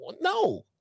no